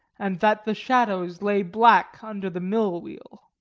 and that the shadows lay black under the mill-wheel.